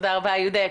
מה עם האימא הזאת?